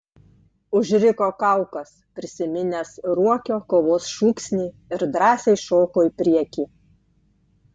užriko kaukas prisiminęs ruokio kovos šūksnį ir drąsiai šoko į priekį